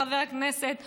חבר הכנסת אוחנה,